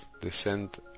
descend